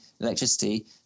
electricity